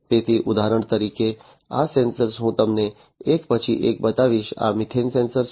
તેથી ઉદાહરણ તરીકે આ સેન્સર હું તમને એક પછી એક બતાવીશ આ મિથેન સેન્સર છે